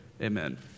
Amen